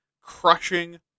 crushing